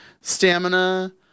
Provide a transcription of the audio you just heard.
stamina